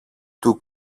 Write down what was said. του